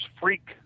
freak